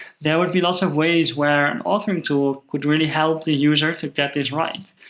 there would be lots of ways where an authoring tool could really help the user to get this right,